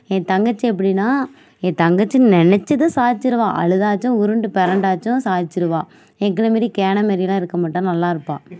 என் தங்கச்சி எப்படின்னா என் தங்கச்சி நினச்சத சாதிச்சிடுவாள் அழுதாச்சும் உருண்டு பிரண்டாச்சும் சாதிச்சிடுவாள் எங்களைமேரி கேனமாரில்லம் இருக்க மாட்டாள் நல்லா இருப்பாள்